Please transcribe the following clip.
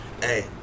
Hey